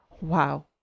Wow